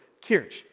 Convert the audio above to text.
Kirch